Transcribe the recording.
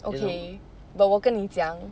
okay but 我跟你讲